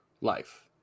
life